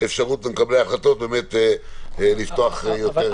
אפשרות למקבלי ההחלטות לפתוח יותר.